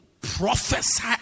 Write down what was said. prophesy